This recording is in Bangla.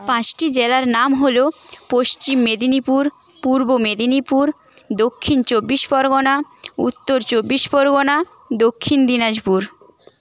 পাঁশটি জেলার নাম হল পশ্চিম মেদিনীপুর পূর্ব মেদিনীপুর দক্ষিণ চব্বিশ পরগণা উত্তর চব্বিশ পরগণা দক্ষিণ দিনাজপুর